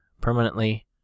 permanently